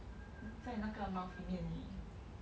在那个 mouth 里面而已